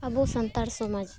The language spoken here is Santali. ᱟᱵᱚ ᱥᱟᱱᱛᱟᱲ ᱥᱚᱢᱟᱡᱽ ᱨᱮ